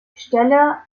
stelle